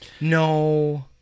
no